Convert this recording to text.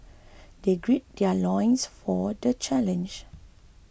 they gird their loins for the challenge